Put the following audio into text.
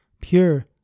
pure